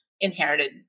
inherited